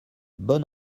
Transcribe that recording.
bon